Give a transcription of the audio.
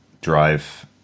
drive